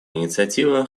инициатива